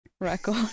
record